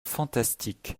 fantastiques